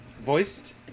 voiced